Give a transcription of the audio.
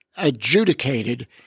adjudicated